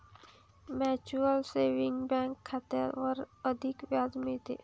mutual saving bank खात्यावर अधिक व्याज मिळते